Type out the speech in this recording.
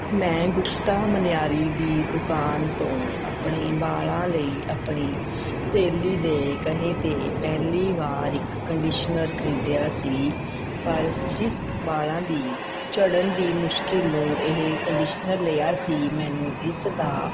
ਮੈਂ ਗੁਪਤਾ ਮਨਿਆਰੀ ਦੀ ਦੁਕਾਨ ਤੋਂ ਆਪਣੇ ਵਾਲਾਂ ਲਈ ਆਪਣੀ ਸਹੇਲੀ ਦੇ ਕਹੇ 'ਤੇ ਪਹਿਲੀ ਵਾਰ ਇੱਕ ਕੰਡੀਸ਼ਨਰ ਖਰੀਦਿਆ ਸੀ ਪਰ ਜਿਸ ਵਾਲਾਂ ਦੀ ਝੜਨ ਦੀ ਮੁਸ਼ਕਿਲ ਨੂੰ ਇਹ ਕੰਡੀਸ਼ਨਰ ਲਿਆ ਸੀ ਮੈਨੂੰ ਇਸ ਦਾ